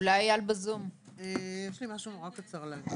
פתוח לקהילה,